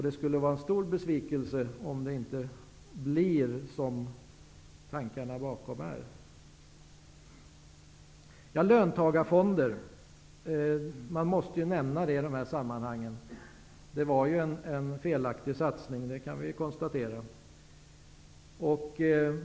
Det skulle vara en stor besvikelse om det inte utvecklar sig i enlighet med de bakomliggande tankegångarna. Man måste i detta sammanhang konstatera att löntagarfonderna var en felaktig satsning.